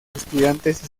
estudiantes